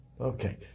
Okay